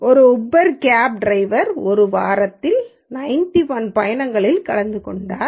ஒரு Uber cab driver ஒரு வாரத்தில் 91 பயணங்களில் கலந்து கொண்டார்